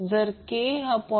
जर k हा 0